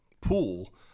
pool